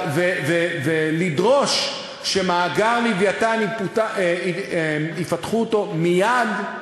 ולדרוש שאת מאגר "לווייתן" יפתחו מייד,